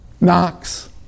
Knox